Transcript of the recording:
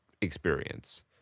experience